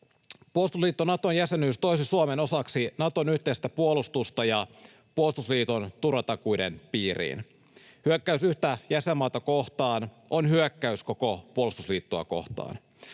Puolustusliitto Naton jäsenyys toisi Suomen osaksi Naton yhteistä puolustusta ja puolustusliiton turvatakuiden piiriin. Hyökkäys yhtä jäsenmaata kohtaan on hyökkäys koko puolustusliittoa kohtaan.